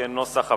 כנוסח הוועדה.